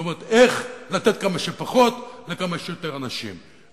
כלומר איך לתת כמה שפחות לכמה שיותר אנשים,